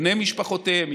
בני משפחותיהם,